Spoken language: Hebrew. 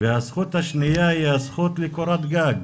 הזכות השנייה היא הזכות לקורת גג,